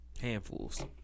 Handfuls